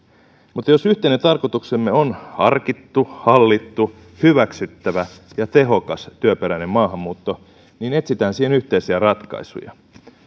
mutta jos yhteinen tarkoituksemme on harkittu hallittu hyväksyttävä ja tehokas työperäinen maahanmuutto niin etsitään siihen yhteisiä ratkaisuja